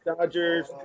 Dodgers